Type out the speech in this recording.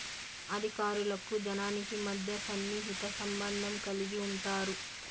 అధికారులకు జనాలకి మధ్య సన్నిహిత సంబంధం కలిగి ఉంటారు